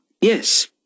Yes